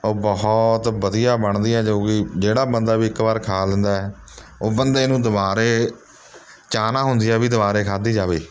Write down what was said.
ਉਹ ਬਹੁਤ ਵਧੀਆ ਬਣਦੀ ਹੈ ਜੋ ਕਿ ਜਿਹੜਾ ਬੰਦਾ ਵੀ ਇੱਕ ਵਾਰ ਖਾ ਲੈਂਦਾ ਹੈ ਉਹ ਬੰਦੇ ਨੂੰ ਦੁਬਾਰੇ ਚਾਹਨਾ ਹੁੰਦੀ ਹੈ ਵੀ ਦੁਬਾਰੇ ਖਾਧੀ ਜਾਵੇ